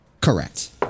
Correct